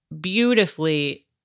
Beautifully